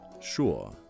Sure